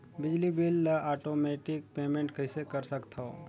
बिजली बिल ल automatic payment कइसे कर सकथव?